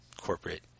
Corporate